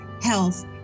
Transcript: health